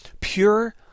Pure